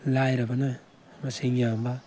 ꯂꯥꯏꯔꯕꯅ ꯃꯁꯤꯡ ꯌꯥꯝꯕ